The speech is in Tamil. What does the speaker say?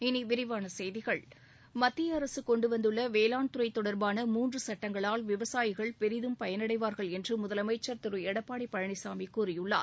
இனி விரிவான செய்திகள் மத்திய அரசு கொண்டு வந்துள்ள வேளாண் துறை தொடர்பான மூன்று சுட்டங்களால் விவசாயிகள் பெரிதும் பயனடைவார்கள் என்று முதலமைச்சர் திரு எடப்பாடி பழனிசாமி கூறியுள்ளார்